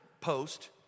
post